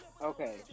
Okay